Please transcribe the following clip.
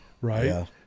Right